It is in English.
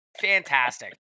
Fantastic